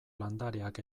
landareak